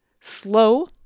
slow